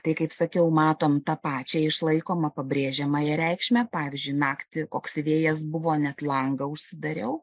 tai kaip sakiau matome tą pačią išlaikomą pabrėžiamąją reikšmę pavyzdžiui naktį koks vėjas buvo net langą užsidariau